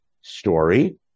story